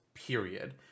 Period